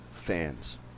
fans